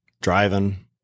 driving